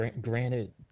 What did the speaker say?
Granted